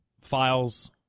files